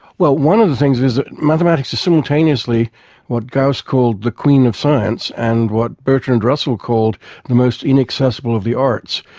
one of the things is that mathematics is simultaneously what gauss called the queen of science and what bertrand russell called the most inaccessible of the arts.